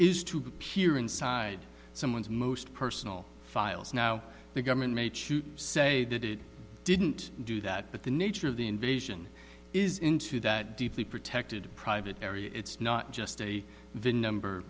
is to peer inside someone's most personal files now the government may choose say that it didn't do that but the nature of the invasion is into that deeply protected private area it's not just a vin number